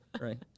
right